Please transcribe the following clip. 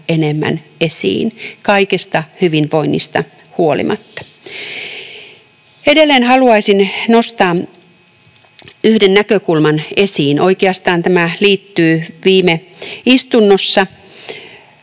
enemmän esiin kaikesta hyvinvoinnista huolimatta. Edelleen haluaisin nostaa yhden näkökulman esiin. Oikeastaan tämä liittyy viime istunnossa